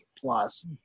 plus